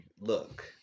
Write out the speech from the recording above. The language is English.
look